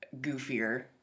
goofier